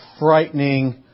Frightening